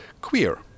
queer